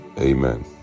Amen